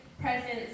presence